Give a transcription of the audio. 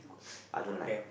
I don't like